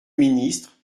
ministre